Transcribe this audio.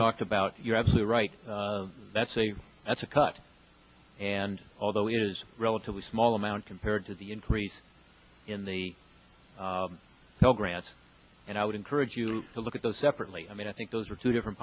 talked about you're absolutely right that's a that's a cut and although it is relatively small amount compared to the increase in the health grants and i would encourage you to look at those separately i mean i think those are two different